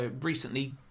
recently